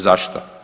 Zašto?